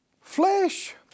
Flesh